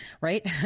right